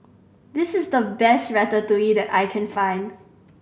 this is the best Ratatouille that I can find